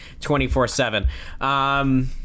24-7